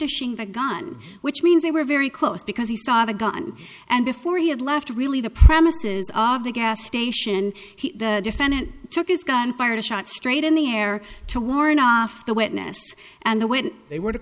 brandishing the gun which means they were very close because he saw the gun and before he had left really the premises of the gas station he the defendant took his gun fired a shot straight in the air to warn off the witness and the when they were